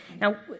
Now